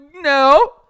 no